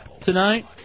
tonight